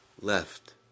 Left